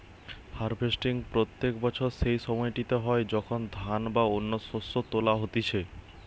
harvesting প্রত্যেক বছর সেই সময়টিতে হয় যখন ধান বা অন্য শস্য তোলা হতিছে